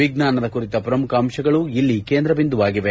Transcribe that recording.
ವಿಜ್ಞಾನದ ಕುರಿತ ಪ್ರಮುಖ ಅಂಶಗಳು ಇಲ್ಲಿ ಕೇಂದ್ರಬಿಂದುವಾಗಿವೆ